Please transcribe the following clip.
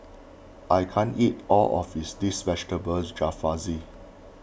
I can't eat all of his this Vegetable Jalfrezi